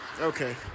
okay